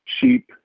sheep